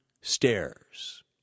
stairs